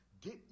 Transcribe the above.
Get